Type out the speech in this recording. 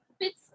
fits